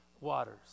waters